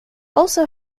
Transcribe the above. also